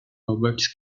roberts